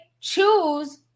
choose